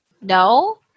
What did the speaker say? No